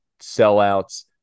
sellouts